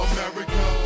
America